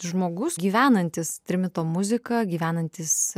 žmogus gyvenantis trimito muzika gyvenantis